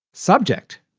subject.